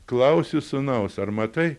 klausiu sūnaus ar matai